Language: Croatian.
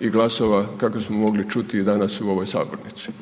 i glasova kakve smo mogli čuti i danas u ovoj sabornici.